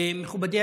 שהוא גם רופא.